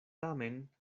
tamen